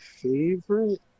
favorite